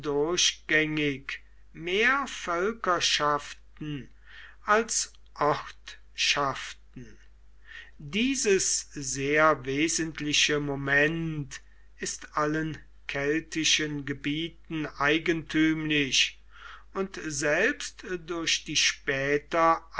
durchgängig mehr völkerschaften als ortschaften dieses sehr wesentliche moment ist allen keltischen gebieten eigentümlich und selbst durch die später